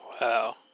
Wow